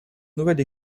nouvelle